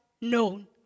known